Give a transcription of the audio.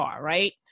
right